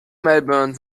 melbourne